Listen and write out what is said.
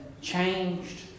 changed